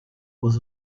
was